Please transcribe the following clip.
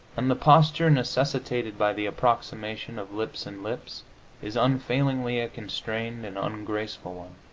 and the posture necessitated by the approximation of lips and lips is unfailingly a constrained and ungraceful one.